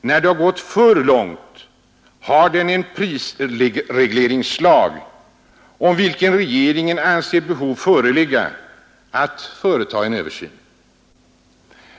När det gått för långt har regeringen en prisregleringslag om vilken regeringen anser att behov föreligger att företa en översyn.